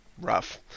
rough